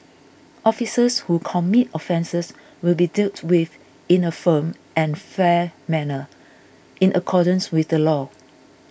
officers who commit offences will be dealt with in a firm and fair manner in accordance with the law